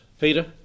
Peter